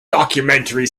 documentary